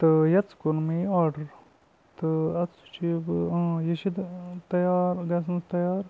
تہٕ یَتَس کوٚر مےٚ یہِ آرڈَر تہٕ اَتھ وُچھَے بہٕ یہِ چھِ تیار گژھان تیار